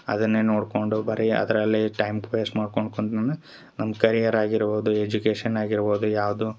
ಅದನ್ನೇ ನೋಡ್ಕೊಂಡು ಬರೇ ಅದರಲ್ಲೇ ಟೈಮ್ ವೇಸ್ಟ್ ಮಾಡ್ಕೊಂಡು ಕುಂತ್ನಂದ್ರ ನಮ್ಮ ಕರಿಯರ್ ಆಗಿರ್ಬೋದು ಎಜುಕೇಷನ್ ಆಗಿರ್ಬೋದು ಯಾವುದು